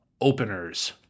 openers